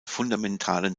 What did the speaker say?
fundamentalen